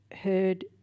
heard